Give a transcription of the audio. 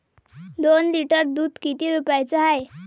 दोन लिटर दुध किती रुप्याचं हाये?